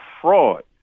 fraud